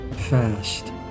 Fast